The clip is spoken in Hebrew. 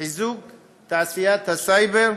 חיזוק תעשיית הסייבר.